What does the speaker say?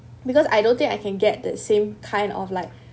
because I don't think I can get that same kind of like